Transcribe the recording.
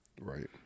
right